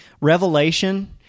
Revelation